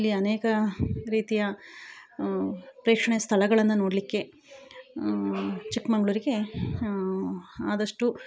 ಇಲ್ಲಿ ಅನೇಕ ರೀತಿಯ ಪ್ರೇಕ್ಷಣೀಯ ಸ್ಥಳಗಳನ್ನು ನೋಡಲಿಕ್ಕೆ ಚಿಕ್ಕಮಗಳೂರಿಗೆ ಆದಷ್ಟು